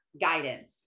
guidance